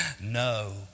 No